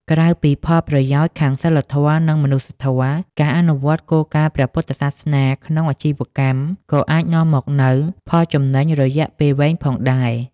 ក្រៅពីផលប្រយោជន៍ខាងសីលធម៌ និងមនុស្សធម៌ ការអនុវត្តគោលការណ៍ព្រះពុទ្ធសាសនាក្នុងអាជីវកម្មក៏អាចនាំមកនូវ ផលចំណេញរយៈពេលវែង ផងដែរ។